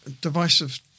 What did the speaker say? divisive